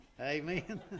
Amen